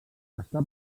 està